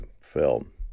film